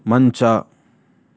ಮಂಚ